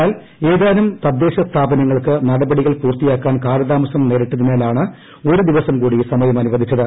എന്നാൽ ഏതാനും തദ്ദേശ സ്ഥാപനങ്ങൾക്ക് നടപടികൾ പൂർത്തിയാക്കാൻ കാലതാമസം നേരിട്ടതിനാലാണ് ഒരു ദിവസം കൂടി സമയം അനുവദിച്ചത്